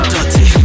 Dirty